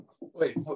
Wait